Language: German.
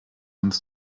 uns